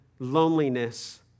loneliness